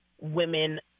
women